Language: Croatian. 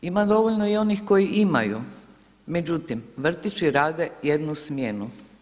Ima dovoljno i onih koji imaju, međutim vrtići rade jednu smjenu.